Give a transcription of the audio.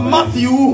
Matthew